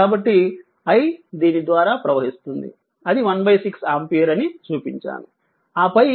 కాబట్టి i దీని ద్వారా ప్రవహిస్తుంది అది 16 ఆంపియర్ అని చూపించాను